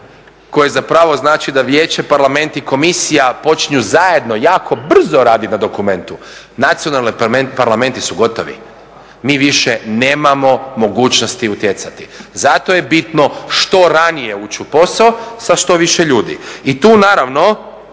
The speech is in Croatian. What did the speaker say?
koji zapravo znači da vijeće, parlament i komisija počinju zajedno jako brzo raditi na dokumentu nacionalni parlamenti su gotovi. Mi više nemamo mogućnosti utjecati. Zato je bitno što ranije ući u posao sa što više ljudi. I tu naravno